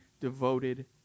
devoted